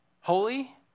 holy